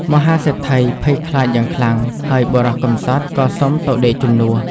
មហាសេដ្ឋីភ័យខ្លាចយ៉ាងខ្លាំង ហើយបុរសកំសត់ក៏សុំទៅដេកជំនួស។